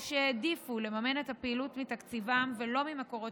או שהעדיפו לממן את הפעילות מתקציבם ולא מן המקורות